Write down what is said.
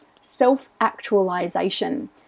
self-actualization